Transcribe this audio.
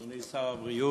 אדוני שר הבריאות,